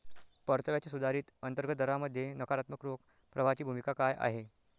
परताव्याच्या सुधारित अंतर्गत दरामध्ये नकारात्मक रोख प्रवाहाची भूमिका काय आहे?